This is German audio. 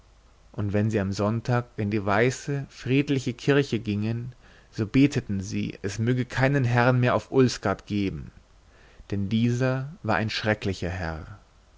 und wenn sie am sonntag in die weiße friedliche kirche gingen so beteten sie es möge keinen herrn mehr auf ulsgaard geben denn dieser war ein schrecklicher herr